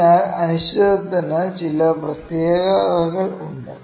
അതിനാൽ അനിശ്ചിതത്വത്തിന് ചില പ്രത്യേകതകൾ ഉണ്ട്